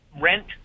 rent